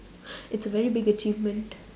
it's a very big achievement